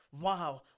wow